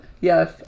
Yes